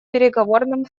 переговорным